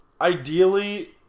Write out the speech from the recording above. ideally